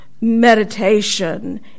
meditation